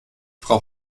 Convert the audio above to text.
frau